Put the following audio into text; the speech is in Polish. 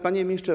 Panie Ministrze!